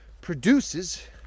produces